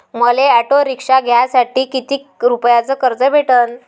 मले auto rickshaw घ्यासाठी कितीक रुपयाच कर्ज भेटनं?